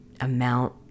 amount